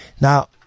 Now